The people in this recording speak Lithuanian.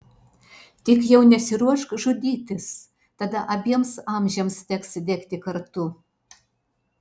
tik jau nesiruošk žudytis tada abiems amžiams teks degti kartu